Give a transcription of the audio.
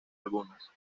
algunas